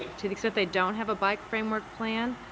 to the extent they don't have a bike framework plan,